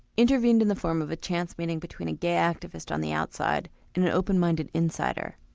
intervened in the form of a chance meeting between a gay activist on the outside and an open-minded insider,